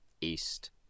east